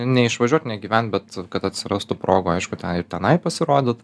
neišvažiuot negyvent bet kad atsirastų progų aišku ten ir tenai pasirodyt